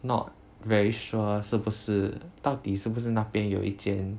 not very sure 是不是到底是不是那边有一间